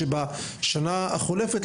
שבשנה החולפת,